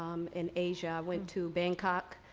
um in asia. i went to bangkok,